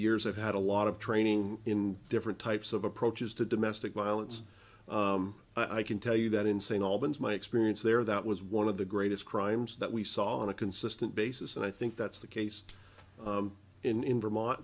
years i've had a lot of training in different types of approaches to domestic violence i can tell you that in saying all because my experience there that was one of the greatest crimes that we saw on a consistent basis and i think that's the case in vermont